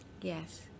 yes